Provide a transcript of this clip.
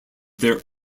their